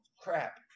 crap